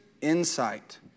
insight